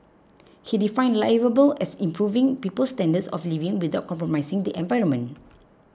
he defined liveable as improving people's standards of living without compromising the environment